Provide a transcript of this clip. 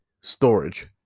Storage